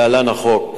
(להלן: החוק),